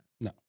No